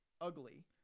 ugly